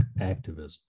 activism